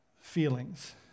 feelings